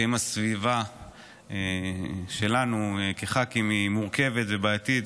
לפעמים הסביבה שלנו כח"כים היא מורכבת ובעייתית,